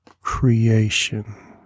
creation